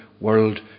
world